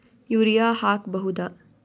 Urea ಹಾಕ್ ಬಹುದ?